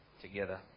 together